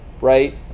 right